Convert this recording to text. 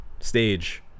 stage